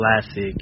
Classic